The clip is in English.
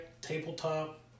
tabletop